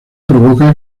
provoca